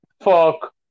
fuck